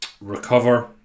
recover